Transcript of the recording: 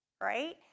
right